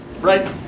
right